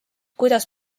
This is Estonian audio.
kuidas